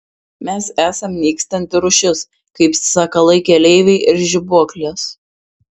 mes esam nykstanti rūšis kaip sakalai keleiviai ir žibuoklės